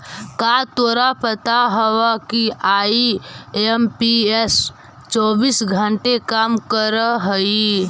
का तोरा पता हवअ कि आई.एम.पी.एस चौबीस घंटे काम करअ हई?